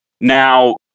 now